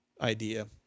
idea